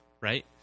right